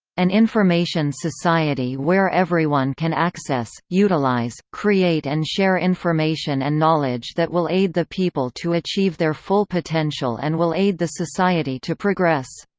an information society where everyone can access, utilize, utilize, create and share information and knowledge that will aid the people to achieve their full potential and will aid the society to progress.